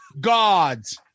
gods